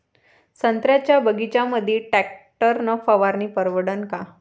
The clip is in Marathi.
संत्र्याच्या बगीच्यामंदी टॅक्टर न फवारनी परवडन का?